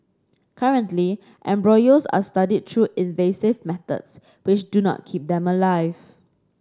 currently embryos are studied through invasive methods which do not keep them alive